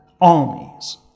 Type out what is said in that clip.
armies